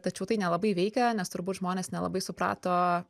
tačiau tai nelabai veikia nes turbūt žmonės nelabai suprato